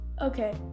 okay